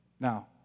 Now